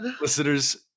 Listeners